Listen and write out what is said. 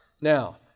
Now